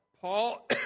Paul